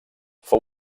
fou